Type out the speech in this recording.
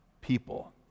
people